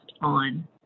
on